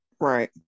right